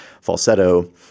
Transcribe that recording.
falsetto